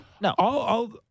no